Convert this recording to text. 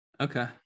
Okay